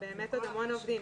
זה עוד המון עובדים.